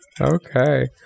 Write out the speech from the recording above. Okay